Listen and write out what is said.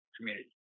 community